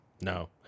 No